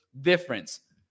difference